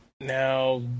Now